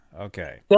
okay